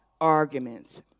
arguments